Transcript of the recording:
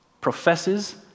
professes